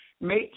Make